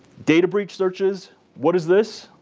data breach searches what is this?